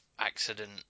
accident